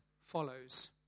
follows